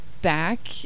Back